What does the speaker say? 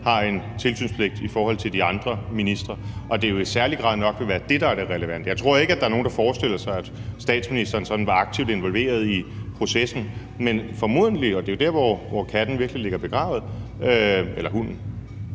har en tilsynspligt i forhold til andre ministre, og at det jo i særlig grad nok vil være det, der er det relevante. Jeg tror ikke, at der er nogen, der forestiller sig, at statsministeren sådan var aktivt involveret i processen, men de tænker formodentlig – og det er jo der, hvor katten virkelig ligger begravet, eller hunden,